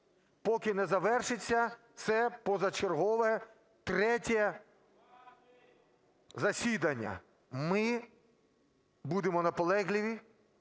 поки не завершиться це позачергове третє засідання. Ми будемо наполегливі.